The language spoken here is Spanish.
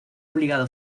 obligado